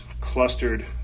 clustered